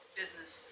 business